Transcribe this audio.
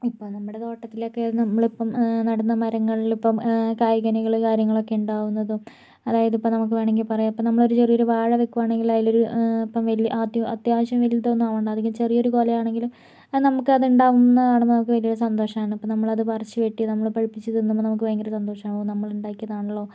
ഇപ്പം നമ്മുടെ തോട്ടത്തിലൊക്കെ നമ്മള് ഇപ്പം നടുന്ന മരങ്ങളില് ഇപ്പം കായ്കനികള് കാര്യങ്ങളക്കെ ഇണ്ടാവുന്നതും അതായത് ഇപ്പം നമുക്ക് വേണങ്കി പറയാം ഇപ്പം നമ്മളൊരു ചെറിയ ഒരു വാഴ വെക്കുവാണെങ്കില് അതിലൊരു ഇപ്പം വല്യ അത്യാവശ്യം വലുതൊന്നു ആവണ്ട അധികം ചെറിയ ഒരു കൊലയാണെങ്കിലും അത് നമുക്ക് അതുണ്ടാവുന്നത് കാണുന്ന നമുക്ക് വലിയൊരു സന്തോഷാണ് അപ്പം നമ്മളത് പറിച്ച് വെട്ടി നമ്മള് പഴുപ്പിച്ച് തിന്നുമ്പം നമുക്ക് ഭയങ്കര സന്തോഷം ആവും നമ്മളുണ്ടാക്കിയതാണല്ലോ